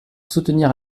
soutenir